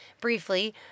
briefly